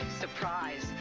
Surprise